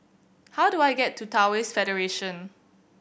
how do I get to Taoist Federation